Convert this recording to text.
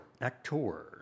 Actor